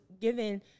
given